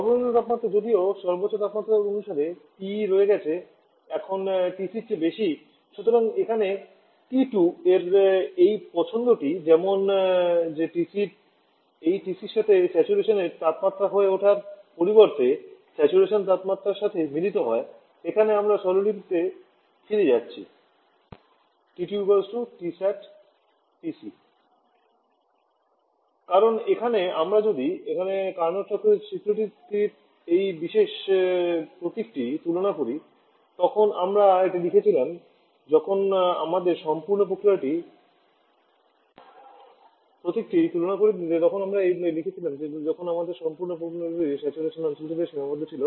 সর্বনিম্ন তাপমাত্রা যদিও সর্বোচ্চ তাপমাত্রা অনুসারে টিই রয়ে গেছে এখন টিসি র চেয়ে বেশি সুতরাং এখানে টি 2 এর এই পছন্দটি এমন যে টিসি এই টিসির সাথে স্যাচুরেশন তাপমাত্রা হয়ে ওঠার পরিবর্তে স্যাচুরেশন তাপমাত্রার সাথে মিলিত হয় এখানে আমরা প্রতীকটিতে ফিরে যাচ্ছি কারণ এখানে আমরা যদি এখানে কার্নোট চক্রের স্বীকৃতিটির এই বিশেষ প্রতীকটি তুলনা করি তখন আমরা এটি লিখেছিলাম যখন আমাদের সম্পূর্ণ প্রক্রিয়াটি স্যাচুরেশন অঞ্চলটিতে সীমাবদ্ধ ছিল